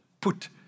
put